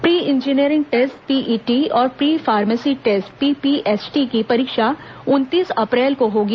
pre engineering test PET और pre pharmacy test PPHT की परीक्षा उनतीस अप्रैल को होगी